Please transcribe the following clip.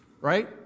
Right